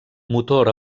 motor